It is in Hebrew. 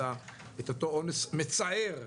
את אותו אונס מצער,